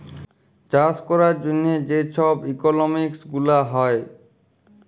চাষ ক্যরার জ্যনহে যে ছব ইকলমিক্স গুলা হ্যয়